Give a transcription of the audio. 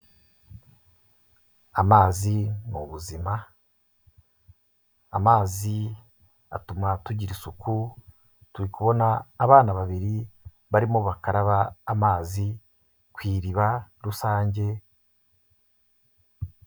Amazi ni ubuzima, amazi atuma tugira isuku, turi kubona abana babiri barimo bakaraba amazi ku iriba rusange.